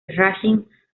rashid